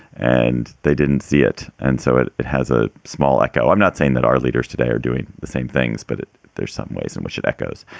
and they didn't see it. and so it it has a small echo. i'm not saying that our leaders today are doing the same things, but there's some ways in which it echoes.